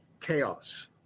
chaos